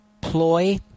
ploy